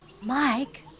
Mike